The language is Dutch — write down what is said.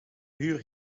muur